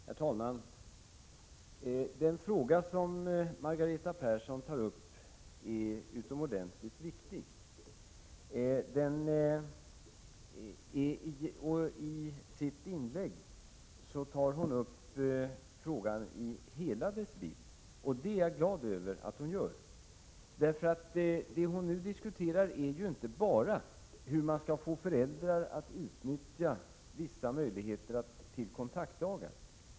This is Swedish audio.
Herr talman! Den fråga som Margareta Persson tar upp är utomordentligt viktig. I sitt inlägg belyste hon denna fråga i hela dess vidd. Det är jag glad över. Det hon nu diskuterar är inte bara hur man skall få föräldrar att utnyttja vissa möjligheter till kontaktdagar.